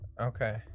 Okay